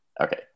Okay